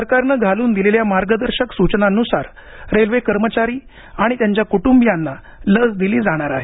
सरकारने घालून दिलेल्या मार्गदर्शक सूचनांनुसार रेल्वे कर्मचारी आणि त्यांच्या कुटुंबियांना लस दिली जाणार आहे